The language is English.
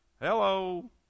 Hello